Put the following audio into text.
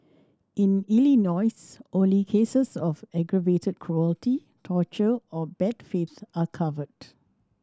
in Illinois only cases of aggravated cruelty torture or bad faith are covered